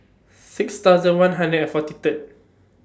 six thousand one hundred and forty Third